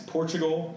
Portugal